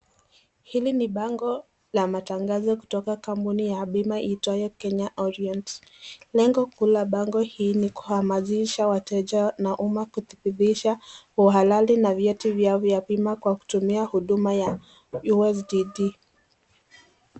Hili ni bango la tangazo kutoka kampuni iitwayo Kenya Orient . Lengo kuu ya bango hii ni kuhamazisha wateja na uma kudhibitisha uhalali na vyeti vyao via bima kwa kutumia uduma wa SDD